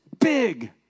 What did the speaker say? big